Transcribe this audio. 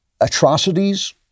atrocities